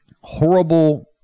horrible